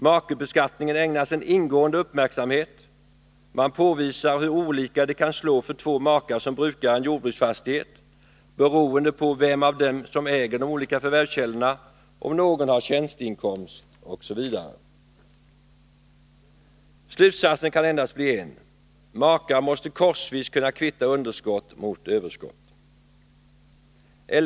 Makebeskattningen ägnas en ingående uppmärksamhet, man påvisar hur olika det kan slå för två makar som brukar en jordbruksfastighet beroende på vem av dem som äger de olika förvärvskällorna, om någon har tjänsteinkomst osv. Slutsatsen kan endast bli en: makar måste korsvis kunna kvitta underskott mot överskott.